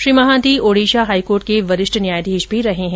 Shri Mahanti Odisha high court के वरिष्ठ न्यायाधीश रहे है